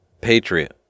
Patriot